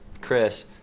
Chris